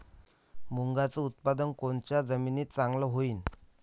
मुंगाचं उत्पादन कोनच्या जमीनीत चांगलं होईन?